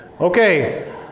Okay